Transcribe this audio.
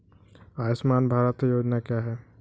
आयुष्मान भारत योजना क्या है?